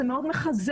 זה מאוד מחזק.